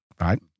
right